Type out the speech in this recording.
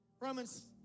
Romans